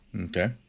Okay